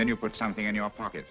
then you put something in your pocket